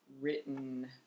written